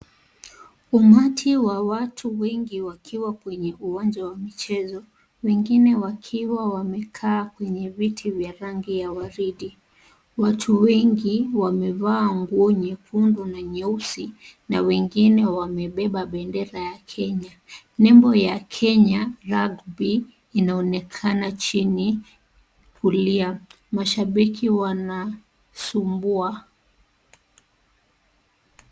Umati wa watu wengi wakiwa kwenye uwanja wa michezo wengine wakiwa wamekaa kwenye viti vya rangi ya waridi. Watu wengi wamevaa nguo nyekundu na nyeusi na wengine wamebeba bendera ya Kenya. Nembo ya Kenya Rugby inaonekana chini kulia. Mashabiki wanasumbua.